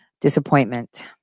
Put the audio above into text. disappointment